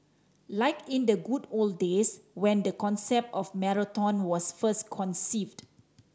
like in the good old days when the concept of marathon was first conceived